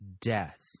death